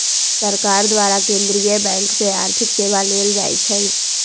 सरकार द्वारा केंद्रीय बैंक से आर्थिक सेवा लेल जाइ छइ